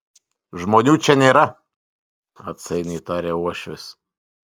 žmonių čia nėra atsainiai tarė uošvis